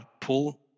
pull